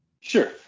Sure